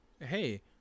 Hey